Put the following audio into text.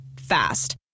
Fast